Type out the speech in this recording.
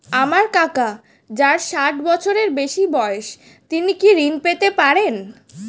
আমার কাকা যার ষাঠ বছরের বেশি বয়স তিনি কি ঋন পেতে পারেন?